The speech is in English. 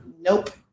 Nope